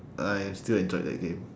I have still enjoyed that game